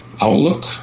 Outlook